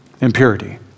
impurity